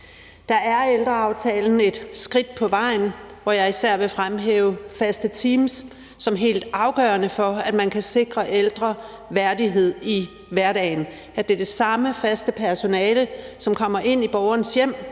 Der er ældreaftalen et skridt på vejen, og jeg vil især fremhæve faste teams som helt afgørende for, at man kan sikre ældre værdighed i hverdagen, altså at det er det samme faste personale, som kommer ind i borgerens hjem